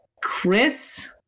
chris